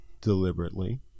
deliberately